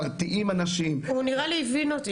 מרתיעים אנשים --- נראה לי שהוא הבין אותי.